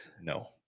no